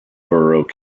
borough